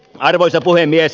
arvoisa puhemies